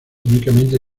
únicamente